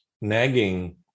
nagging